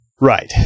right